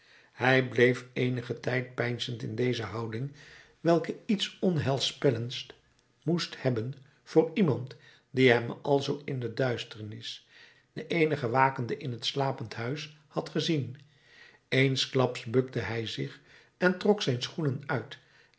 hij bleef eenigen tijd peinzend in deze houding welke iets onheilspellends moest hebben voor iemand die hem alzoo in de duisternis de eenige wakende in het slapend huis had gezien eensklaps bukte hij zich en trok zijn schoenen uit